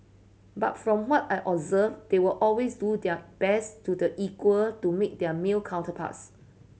but from what I observed they will always do their best to the equal to make their male counterparts